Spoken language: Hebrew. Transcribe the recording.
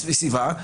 -- איכות הסביבה,